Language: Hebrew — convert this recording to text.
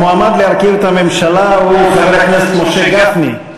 המועמד להרכיב את הממשלה הוא חבר הכנסת משה גפני.